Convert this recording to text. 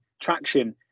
traction